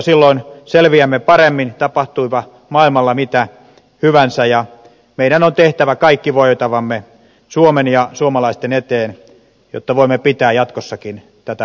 silloin selviämme paremmin tapahtuipa maailmalla mitä hyvänsä ja meidän on tehtävä kaikki voitavamme suomen ja suomalaisten eteen jotta voimme pitää jatkossakin tätä hyvinvoinnin tasoa yllä